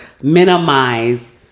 minimize